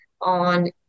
on